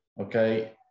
okay